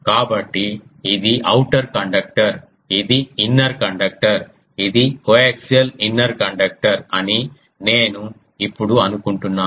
కాబట్టి ఇది outer conductor ఇది ఇన్నర్ కండక్టర్ ఇది కోయాక్సియల్ ఇన్నర్ కండక్టర్ అని నేను ఇప్పుడు అనుకుంటున్నాను